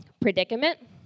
predicament